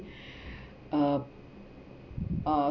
uh uh